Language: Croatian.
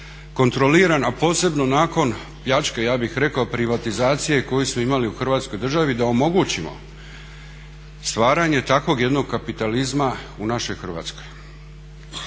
kontroliran, a posebno nakon pljačke ja bih rekao privatizacije koju smo imali u Hrvatskoj državi da omogućimo stvaranje takvog jednog kapitalizma u našoj Hrvatskoj.